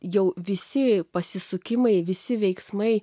jau visi pasisukimai visi veiksmai